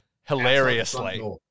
Hilariously